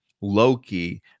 Loki